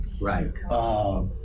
Right